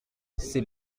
ses